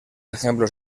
ejemplos